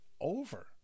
over